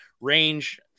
range